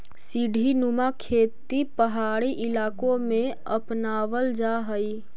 सीढ़ीनुमा खेती पहाड़ी इलाकों में अपनावल जा हई